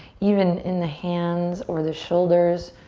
even in the hands or the shoulders,